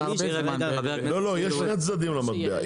לא יש שני צדדים למטבע.